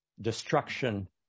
destruction